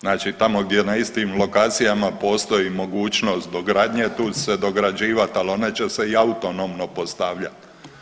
Znači tamo gdje na istim lokacijama postoji mogućnost dogradnje tu će se dograđivat, ali one će se i autonomno postavljat.